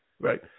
Right